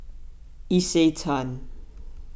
Isetan